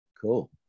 cool